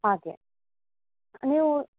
ಹಾಗೆ ನೀವು